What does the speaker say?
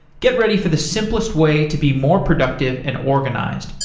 get ready for the simplest way to be more productive and organized.